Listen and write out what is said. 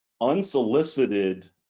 unsolicited